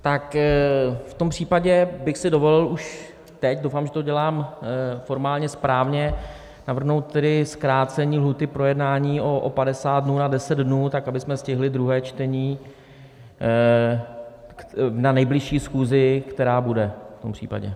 Tak v tom případě bych si dovolil už teď, doufám, že to dělám formálně správně, navrhnout tedy zkrácení lhůty k projednání o 50 dnů na 10 dnů, tak abychom stihli druhé čtení na nejbližší schůzi, která bude v tom případě.